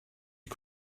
you